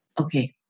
okay